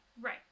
Right